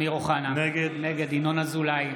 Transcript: נגד אמיר אוחנה, נגד ינון אזולאי,